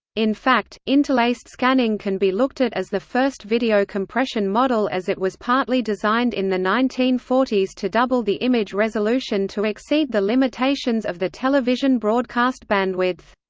in fact, interlaced scanning can be looked at as the first video compression model as it was partly designed in the nineteen forty s to double the image resolution to exceed the limitations of the television broadcast bandwidth.